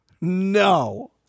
No